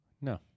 No